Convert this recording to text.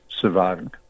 surviving